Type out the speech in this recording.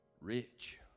rich